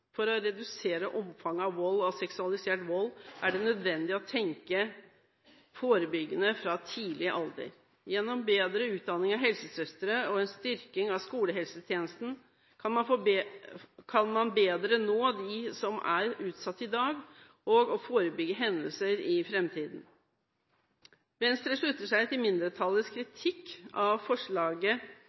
For å redusere omfanget av vold og seksualisert vold er det nødvendig å tenke forebyggende fra tidlig alder. Gjennom bedre utdanning av helsesøstre og en styrking av skolehelsetjenesten kan man bedre nå de som er utsatt i dag, og forebygge hendelser i framtiden. Venstre slutter seg til mindretallets kritikk av forslaget